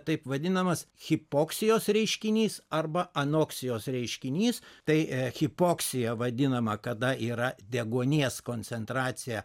taip vadinamas hipoksijos reiškinys arba anoksijos reiškinys tai hipoksija vadinama kada yra deguonies koncentracija